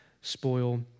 spoil